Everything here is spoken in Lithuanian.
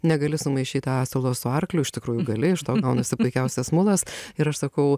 negali sumaišyti asilo su arkliu iš tikrųjų gali iš to gaunasi puikiausias mulas ir aš sakau